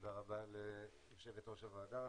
תודה רבה ליו"ר הוועדה,